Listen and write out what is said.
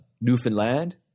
Newfoundland